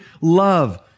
love